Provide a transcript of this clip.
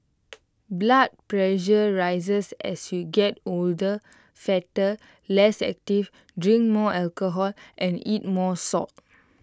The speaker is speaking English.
blood pressure rises as you get older fatter less active drink more alcohol and eat more salt